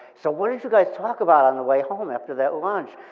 so what did you guys talk about on the way home after that lunch?